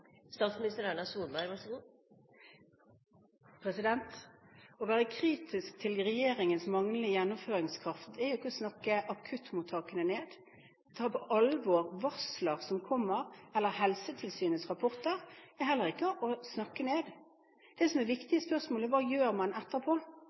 Å være kritisk til regjeringens manglende gjennomføringskraft er ikke å snakke akuttmottakene ned. Å ta på alvor varsler som kommer, eller Helsetilsynets rapporter, er heller ikke å snakke ned. Det som er